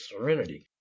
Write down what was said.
serenity